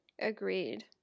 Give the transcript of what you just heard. Agreed